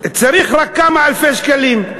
צריך רק כמה אלפי שקלים,